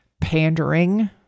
pandering